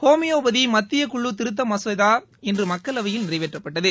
homeopathy மத்தியக்குழு திருத்த மசோதா இன்று மக்களவையில் நிறைவேற்றப்பட்டது